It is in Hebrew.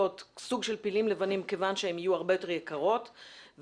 סוג של פילים לבנים כיוון שהן יהיו הרבה יותר יקרות ויחייבו